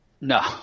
No